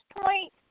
point